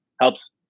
helps